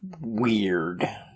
weird